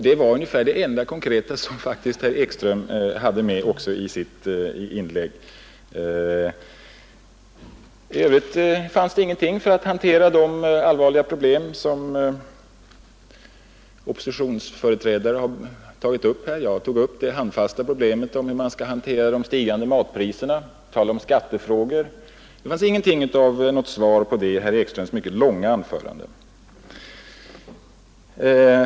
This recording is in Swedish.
Det var faktiskt det enda konkreta som herr Ekström hade med också i sitt inlägg; i övrigt fanns det inget förslag om hur man borde hantera de allvarliga problem som oppositionsföreträdare har tagit upp. Jag tog upp en del brännande skattefrågor och det handfasta problemet om hur man skall handskas med de stigande matpriserna, men det fanns inget svar på detta i herr Ekströms mycket långa anförande.